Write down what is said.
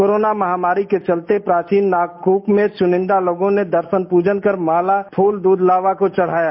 corona महामारी के चलते प्राचीन नागकूप में चुनिंदा लोगों ने दर्शन पूजन कर माला फूल दूध लावा को चढाया